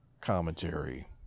commentary